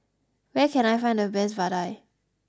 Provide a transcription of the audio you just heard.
where can I find the best vadai